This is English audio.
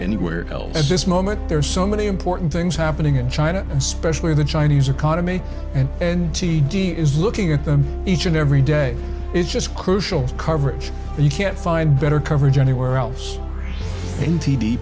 anywhere else at this moment there are so many important things happening in china especially the chinese economy and and t d is looking at them each and every day is just crucial coverage and you can't find better coverage anywhere else and t